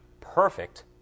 perfect